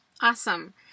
Awesome